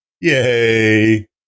yay